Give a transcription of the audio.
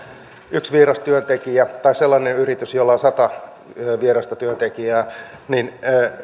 yksi vieras työntekijä tai sellainen yritys jolla on sata vierasta työntekijää